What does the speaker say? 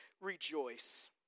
rejoice